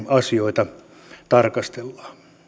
asioita tarkastellaan